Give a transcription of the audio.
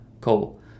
cool